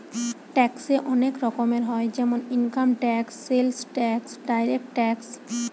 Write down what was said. ট্যাক্সে অনেক রকম হয় যেমন income tax, sales tax, direct tax